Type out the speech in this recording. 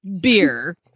beer